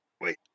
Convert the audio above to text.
Wait